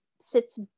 sits